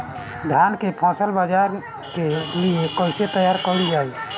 धान के फसल बाजार के लिए कईसे तैयार कइल जाए?